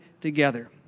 together